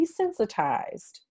desensitized